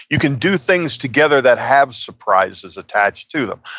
you can do things together that have surprises attached to them.